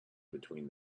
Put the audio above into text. between